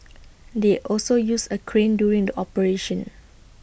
they also used A crane during the operation